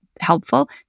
helpful